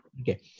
okay